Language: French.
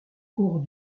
cours